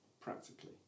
practically